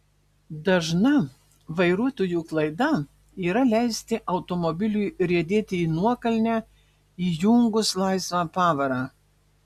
dažna vairuotojų klaida yra leisti automobiliui riedėti į nuokalnę įjungus laisvą pavarą